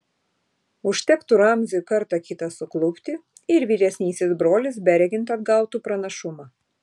užtektų ramziui kartą kitą suklupti ir vyresnysis brolis beregint atgautų pranašumą